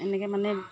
এনেকৈ মানে